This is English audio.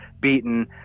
beaten